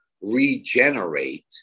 regenerate